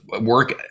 work